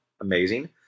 Amazing